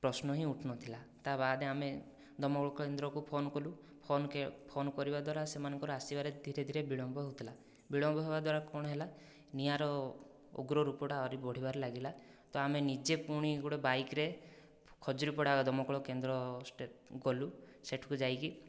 ପ୍ରଶ୍ନ ହିଁ ଉଠୁନଥିଲା ତା'ବାଦେ ଆମେ ଦମକଳ କେନ୍ଦ୍ରକୁ ଫୋନ କଲୁ ଫୋନ ଫୋନ କରିବା ଦ୍ୱାରା ସେମାନଙ୍କର ଆସିବାରେ ଧୀରେ ଧୀରେ ବିଳମ୍ବ ହେଉଥିଲା ବିଳମ୍ବ ହବା ଦ୍ୱାରା କଣ ହେଲା ନିଆଁର ଉଗ୍ରରୂପଟା ଆହୁରି ବଢ଼ିବାରେ ଲାଗିଲା ତ ଆମେ ନିଜେ ପୁଣି ଗୋଟିଏ ବାଇକ୍ରେ ଖଜୁରୀପଡ଼ା ଦମକଳ କେନ୍ଦ୍ର ଗଲୁ ସେ'ଠିକୁ ଯାଇକି